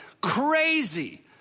crazy